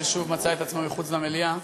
ששוב מצאה את עצמה מחוץ למליאה.